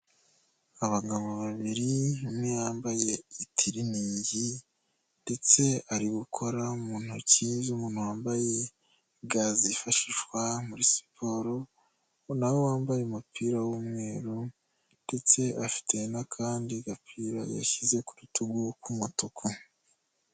Abagabo babiri, umwe yambaye itiriningi ndetse ari gukora mu ntoki z'umuntu wambaye ga zifashishwa muri siporo, nawe wambaye umupira w'umweru ndetse afite n'akandi gapira yashyize ku rutugu k'umutuku.